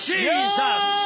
Jesus